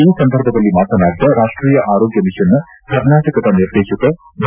ಈ ಸಂದರ್ಭದಲ್ಲಿ ಮಾತನಾಡಿದ ರಾಷ್ಟೀಯ ಆರೋಗ್ಯ ಮಿಷನ್ನ ಕರ್ನಾಟಕದ ನಿರ್ದೇಶಕ ಡಾ